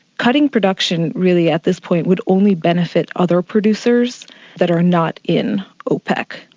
cutting production really at this point would only benefit other producers that are not in opec.